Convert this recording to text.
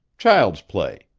child's play,